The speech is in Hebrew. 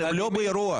אתה לא באירוע.